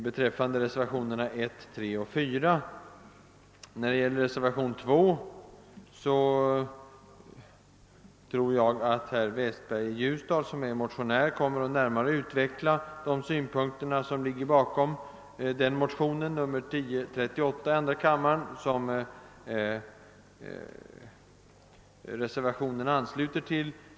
När det gäller reservationen 2 vid andra lagutskottets utlåtande nr 50 tror jag att herr Westberg i Ljusdal närmare kommer att utveckla de synpunkter som ligger bakom motionen II: 1038, på vilken reservationen bygger.